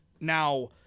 Now